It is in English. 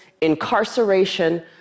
incarceration